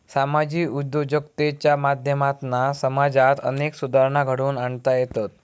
सामाजिक उद्योजकतेच्या माध्यमातना समाजात अनेक सुधारणा घडवुन आणता येतत